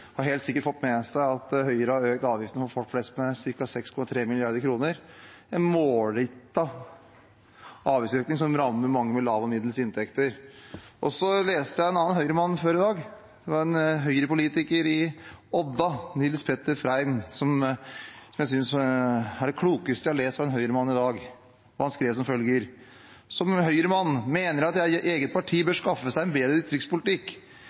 har helt sikkert fått med seg at Høyre har økt avgiftene for folk flest med ca. 6,3 mrd. kr – en målrettet avgiftsøkning som rammer mange med lave og middels inntekter. Før i dag leste jeg noe en annen Høyre-mann hadde skrevet, en Høyre-politiker i Odda, Nils Petter Freim, som er det klokeste jeg har lest av en Høyre-mann i dag. Han skrev som følger: Som Høyre-mann mener jeg at mitt eget parti bør skaffe seg en bedre distriktspolitikk.